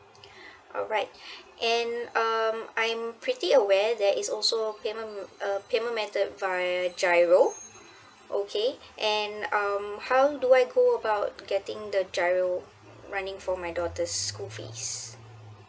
alright and um I'm pretty aware that is also payment uh payment method via giro okay and um how do I go about getting the giro running for my daughter's school fees